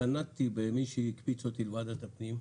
סנטתי במי שהקפיץ אותי לוועדת הפנים,